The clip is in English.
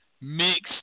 mixed